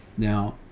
now,